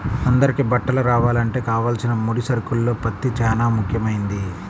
అందరికీ బట్టలు రావాలంటే కావలసిన ముడి సరుకుల్లో పత్తి చానా ముఖ్యమైంది